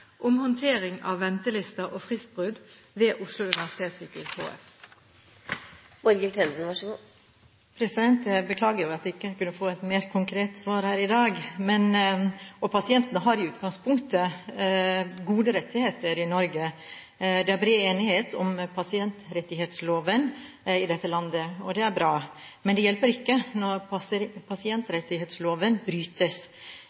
om håndtering av ventelister og fristbrudd ved Oslo universitetssykehus HF. Jeg beklager at jeg ikke kunne få et mer konkret svar her i dag. Pasientene har i utgangspunktet gode rettigheter i Norge. Det er bred enighet om pasientrettighetsloven i dette landet, og det er bra. Men det hjelper ikke når